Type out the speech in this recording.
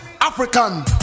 African